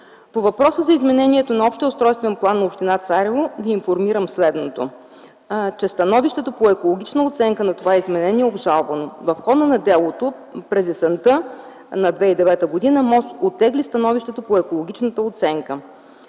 По въпроса за изменението на Общия устройствен план на община Царево Ви информирам следното: становището по екологична оценка на това изменение е обжалвано. В хода на делото през есента на 2009 г. Министерството на околната среда